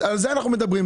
על זה אנחנו מדברים.